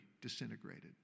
disintegrated